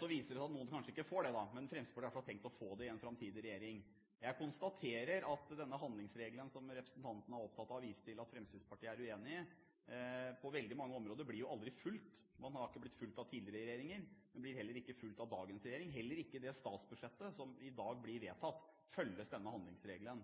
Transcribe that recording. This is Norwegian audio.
Så viser det seg at noen kanskje ikke får det, men Fremskrittspartiet har i hvert fall tenkt å få det i en framtidig regjering. Jeg konstaterer at denne handlingsregelen, som representanten er opptatt av å vise til at Fremskrittspartiet er uenig i, på veldig mange områder aldri blir fulgt. Den har ikke blitt fulgt av tidligere regjeringer, men blir heller ikke fulgt av dagens regjering – heller ikke i det statsbudsjettet som i dag blir vedtatt, følges denne handlingsregelen.